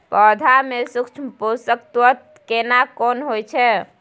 पौधा में सूक्ष्म पोषक तत्व केना कोन होय छै?